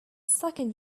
second